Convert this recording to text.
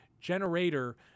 generator